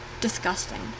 disgusting